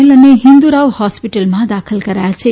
L અને હિંદુ રાવ હોસ્પિટલમાં દાખલ કરાયા છે